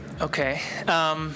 Okay